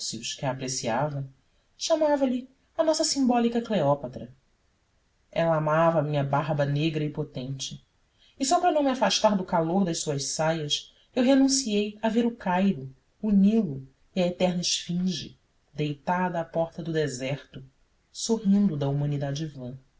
topsius que a apreciava chamava-lhe a nossa simbólica cleópatra ela amava a minha barba negra e potente e só para não me afastar do calor das suas saias eu renunciei a ver o cairo o nilo e a eterna esfinge deitada à porta do deserto sorrindo da humanidade vã